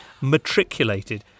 matriculated